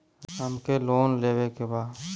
हमके लोन लेवे के बा?